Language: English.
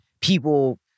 people